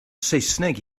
saesneg